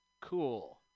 Cool